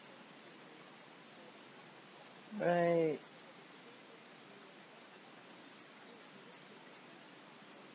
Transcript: right